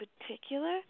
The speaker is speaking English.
particular